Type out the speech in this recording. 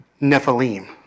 Nephilim